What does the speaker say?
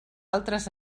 altres